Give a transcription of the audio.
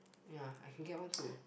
ya I can get one too